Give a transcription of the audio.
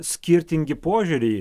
skirtingi požiūriai